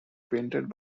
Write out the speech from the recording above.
painted